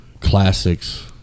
Classics